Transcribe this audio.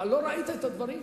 מה, לא ראית את הדברים?